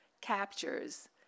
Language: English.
captures